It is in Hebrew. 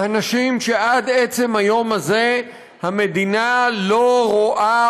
אנשים שעד עצם היום הזה המדינה לא רואה